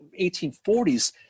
1840s